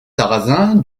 sarrazin